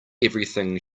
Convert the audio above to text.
everything